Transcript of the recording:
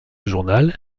journal